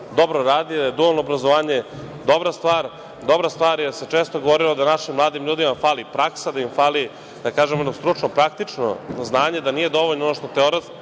dobro radi, da je dualno obrazovanje dobra stvar, jer se često govorilo da našim mladim ljudima fali praksa, da im fali, da kažem, ono stručno praktično znanje, da nije dovoljno ono što teoretski